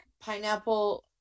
pineapple